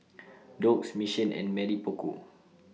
Doux Mission and Mamy Poko